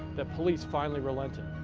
that police finally relented.